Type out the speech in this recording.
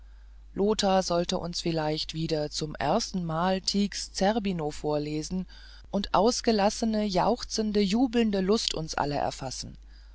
lothar sollte uns vielleicht wieder zum ersten male tiecks zerbino vorlesen und ausgelassene jauchzende jubelnde lust uns alle erfassen